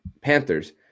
Panthers